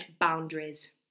boundaries